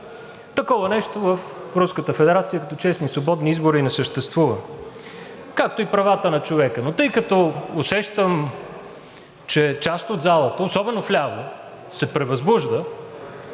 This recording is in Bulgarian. Руската федерация, като честни и свободни избори, не съществува, както и правата на човека. Но тъй като усещам, че част от залата, особено вляво, се превъзбужда,